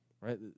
right